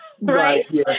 right